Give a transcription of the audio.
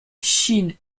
chine